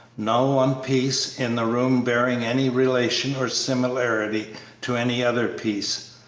no one piece in the room bearing any relation or similarity to any other piece.